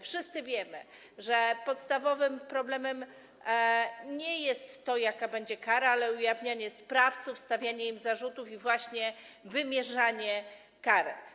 Wszyscy wiemy, że podstawowym problemem nie jest to, jaka będzie kara, ale ujawnianie sprawców, stawianie im zarzutów i właśnie wymierzanie kary.